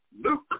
Luke